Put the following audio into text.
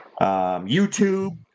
YouTube